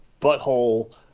butthole